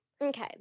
Okay